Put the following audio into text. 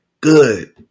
good